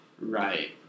Right